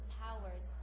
powers